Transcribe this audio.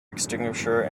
extinguisher